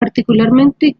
particularmente